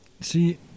see